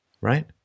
Right